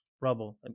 rubble